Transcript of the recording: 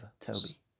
Toby